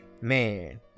man